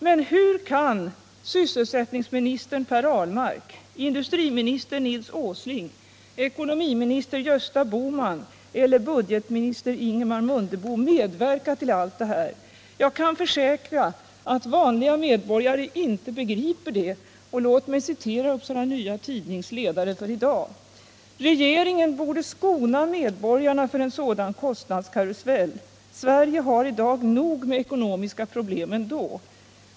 Men hur kan sysselsättningsministern Per Ahlmark, industriministern Nils Åsling, ekonomiministern Gösta Bohman eller budgetministern Ingemar Mundebo medverka till allt detta? Jag kan försäkra att vanliga medborgare inte begriper det. Låt mig citera Upsala Nya Tidnings ledare i dag: ”Regeringen borde skona medborgarna från en sådan kostnadskarusell. Sverige har i dag nog med ekonomiska problem ändå.